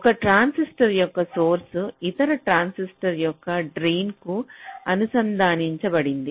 ఒక ట్రాన్సిస్టర్ యొక్క సోర్స ఇతర ట్రాన్సిస్టర్ యొక్క డ్రేన్ కు అనుసంధానించ బడింది